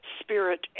spirit